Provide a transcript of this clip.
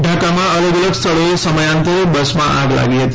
ઢાકામાં અલગ અલગ સ્થળોએ સમયાંતરે બસમાં આગ લાગી હતી